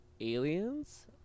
Aliens